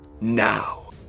now